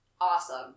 awesome